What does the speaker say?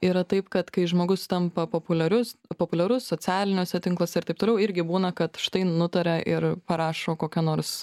yra taip kad kai žmogus tampa populiarius populiarus socialiniuose tinkluose ir taip toliau irgi būna kad štai nutaria ir parašo kokią nors